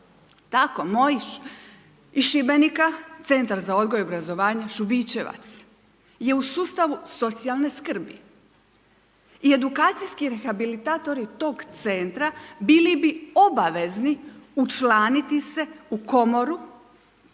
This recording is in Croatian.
moji iz Šibenika, Centar za odgoj o obrazovanje Šubićevac je u sustavu socijalne skrbi i edukacijski rehabilitatori tog centra bili bi obavezni učlaniti se u komoru